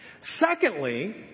Secondly